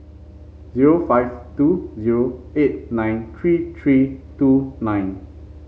zero five two zero eight nine three three two nine